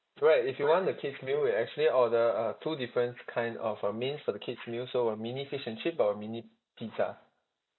so right if you want the kid's meal you actually order uh two differents kind of uh mains for the kid's meal so a mini fish and chip or a mini pizza